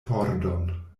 pordon